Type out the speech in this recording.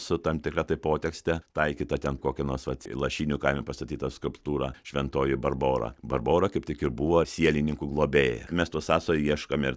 su tam tikra potekste taikyta ten kokia nors vat lašinių kaime pastatyta skulptūra šventoji barbora barbora kaip tik ir buvo sielininkų globėja mes tų sąsajų ieškom ir